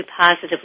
Positive